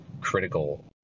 critical